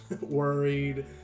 worried